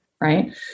right